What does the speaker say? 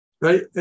right